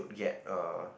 get uh